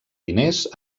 diners